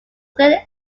glen